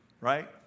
right